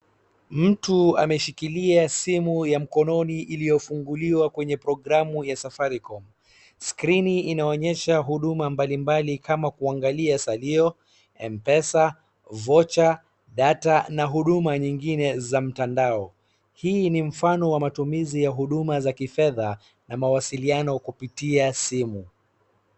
Mtu ameshikilia simu ya mkononi iliyofunguliwa kwenye programu ya Safaricom scrini inaonyesha huduma mbalimbali kama kuangalia salio ,m-pesa , vocha, data na huduma nyingine za mtandao hii ni mfano wa matumizi ya huduma za kifedha na mawasiliano kupitia simu .